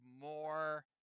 more